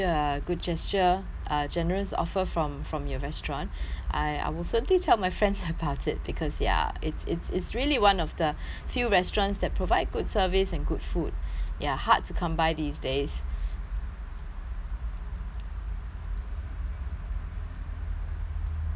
uh generous offer from from your restaurant I I will certainly tell my friends about it because ya it's it's it's really one of the few restaurants that provide good service and good food ya hard to come by these days mm